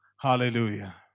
Hallelujah